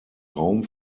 raum